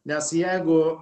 nes jeigu